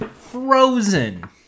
Frozen